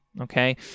Okay